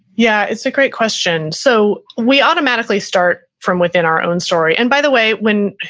yeah, it's a great question. so we automatically start from within our own story. and by the way, when